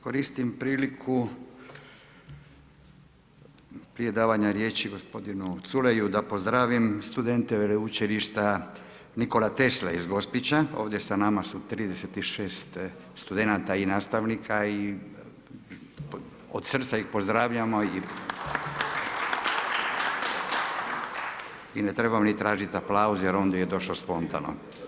Koristim priliku prije davanja riječi gospodinu Culeju da pozdravim studente Veleučilišta Nikola tesla iz Gospića, ovdje sa nama su 36 studenata i nastavnika i od srca ih pozdravljamo i ne trebam ni tražit aplauz jer on je došao spontano.